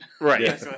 Right